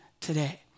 today